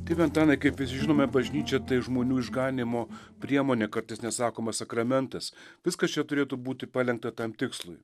tėve antanai kaip žinome bažnyčia tai žmonių išganymo priemonė kartais net sakoma sakramentas viskas čia turėtų būti palenkta tam tikslui